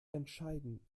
entscheidend